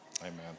amen